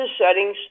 settings